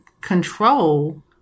control